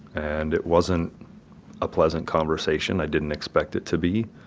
and it wasn't a pleasant conversation. i didn't expect it to be.